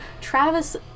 Travis